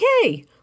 Okay